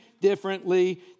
differently